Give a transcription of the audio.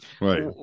right